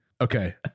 Okay